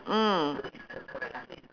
mm